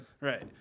Right